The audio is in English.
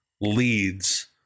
leads